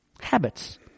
Habits